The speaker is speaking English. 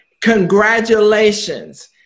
congratulations